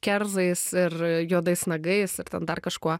kerzais ir juodais nagais ir dar kažkuo